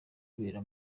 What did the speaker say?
bibera